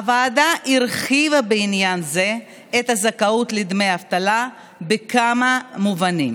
הוועדה הרחיבה בעניין זה את הזכאות לדמי אבטלה בכמה מובנים: